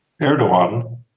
Erdogan